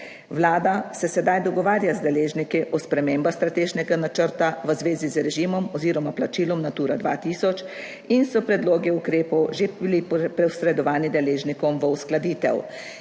Vlada se sedaj dogovarja z deležniki o spremembah strateškega načrta v zvezi z režimom oziroma plačilom Natura 2000 in so predlogi ukrepov že bili posredovani deležnikom v uskladitev